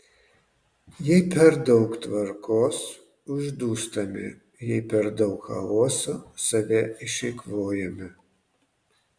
jei per daug tvarkos uždūstame jei per daug chaoso save išeikvojame